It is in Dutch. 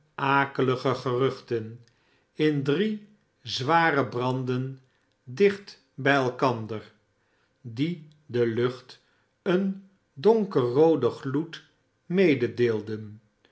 akelige geruchten in driezware branden dicht bij elkander diedelucht een donkerrooden gloed mededeelden